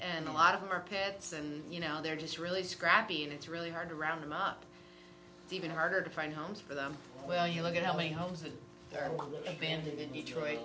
and a lot of our pets and you know they're just really scrappy and it's really hard to round them up even harder to find homes for them well you look at how many homes